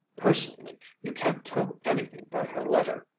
personally, you can't tell anything by her letter!